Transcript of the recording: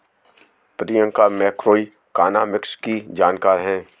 Priyanka macroeconomics की जानकार है